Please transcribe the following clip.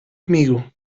comigo